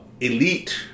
elite